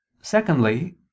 Secondly